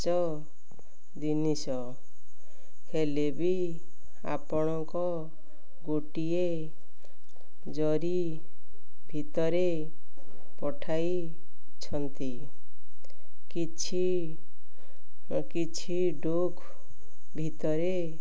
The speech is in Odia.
ପାଞ୍ଚ ଜିନିଷ ହେଲେ ବି ଆପଣଙ୍କ ଗୋଟିଏ ଜରି ଭିତରେ ପଠାଇଛନ୍ତି କିଛି କିଛି ଡୋକ୍ ଭିତରେ